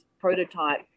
prototype